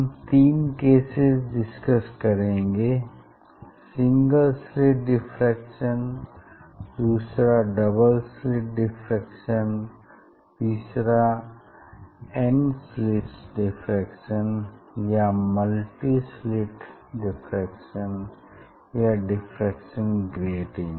हम तीन cases discuss करेंगे सिंगल स्लिट डिफ्रैक्शन दूसरा डबल स्लिट डिफ्रैक्शन और तीसरा एन स्लिट्स डिफ्रैक्शन या मल्टी स्लिट डिफ्रैक्शन या डिफ्रैक्शन ग्रेटिंग